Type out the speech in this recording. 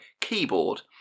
keyboard